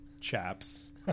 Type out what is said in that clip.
Chaps